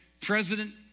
President